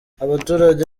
abaturage